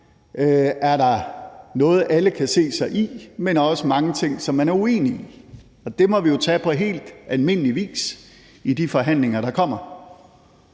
er der noget, alle kan se sig i, men også mange ting, som man er uenig i. Og det må vi jo tage på helt almindelig vis i de forhandlinger, der kommer.